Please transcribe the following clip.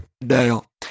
Dale